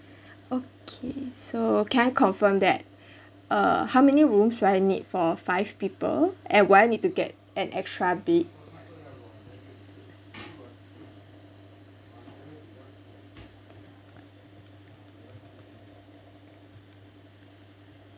okay so can I confirm that uh how many rooms will I need for five people and will I need to get an extra bed